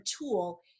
tool